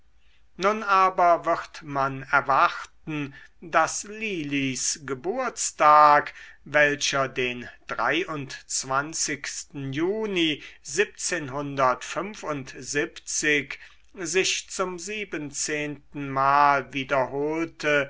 nun aber wird man erwarten daß lilis geburtstag welcher den juni sich zum siebenzehnten mal wiederholte